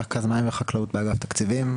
רכז מים וחקלאות באגף תקציבים,